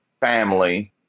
family